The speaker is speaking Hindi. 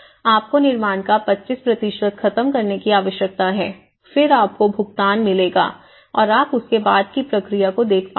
आपको निर्माण का 25 खत्म करने की आवश्यकता है फिर आप को भुगतान मिलेगा और आप उसके बाद की प्रक्रिया को देख पाएंगे